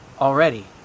Already